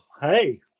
Hey